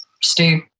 Stu